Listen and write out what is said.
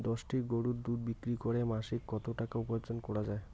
দশটি গরুর দুধ বিক্রি করে মাসিক কত টাকা উপার্জন করা য়ায়?